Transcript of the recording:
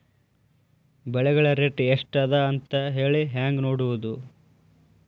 ಬೆಳೆಗಳ ರೇಟ್ ಎಷ್ಟ ಅದ ಅಂತ ಹೇಳಿ ಹೆಂಗ್ ನೋಡುವುದು?